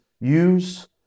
Use